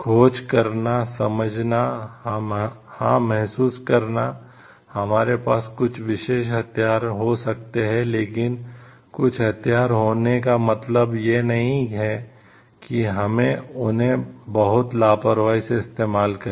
खोज करना समझना हां महसूस करना हमारे पास कुछ विशेष हथियार हो सकते हैं लेकिन कुछ हथियार होने का मतलब यह नहीं है कि हमें उन्हें बहुत लापरवाही से इस्तेमाल करें